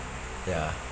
ya